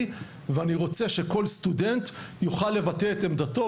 ואני רוצה שכל סטודנט יוכל לבטא את עמדתו,